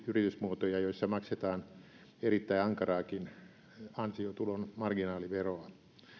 yritysmuotoja joissa maksetaan erittäin ankaraakin ansiotulon marginaaliveroa